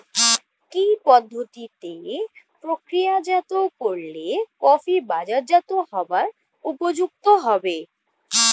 কি পদ্ধতিতে প্রক্রিয়াজাত করলে কফি বাজারজাত হবার উপযুক্ত হবে?